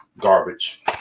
garbage